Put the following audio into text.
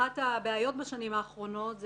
אחת הבעיות בשנים האחרונות היא